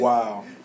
Wow